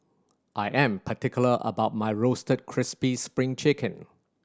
I am particular about my Roasted Crispy Spring Chicken